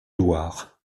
loir